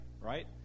right